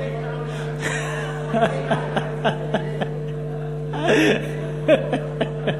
תצאי מהאולם.